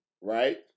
right